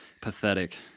Pathetic